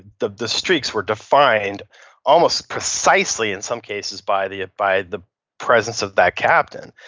the the streaks were defined almost precisely in some cases by the ah by the presence of that captain.